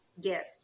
Yes